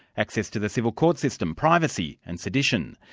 access to the civil court system, privacy and sedition